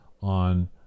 on